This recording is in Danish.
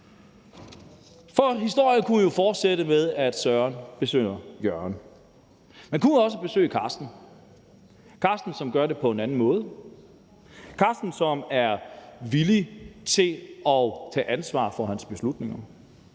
Historien kunne jo fortsætte med, at Søren besøger Jørgen, men han kunne også besøge Karsten, som gør det på en anden måde, og som er villig til at tage ansvar for sine beslutninger.